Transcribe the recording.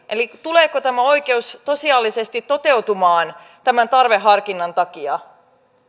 tuleeko tämä oikeus tosiasiallisesti toteutumaan tämän tarveharkinnan takia